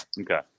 Okay